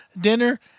dinner